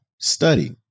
study